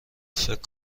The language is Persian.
فکر